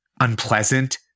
unpleasant